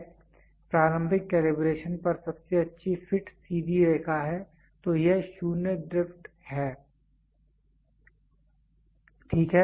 यह प्रारंभिक कैलिब्रेशन पर सबसे अच्छी फिट सीधी रेखा है तो यह 0 ड्रिफ्ट है ठीक है